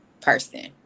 person